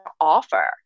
offer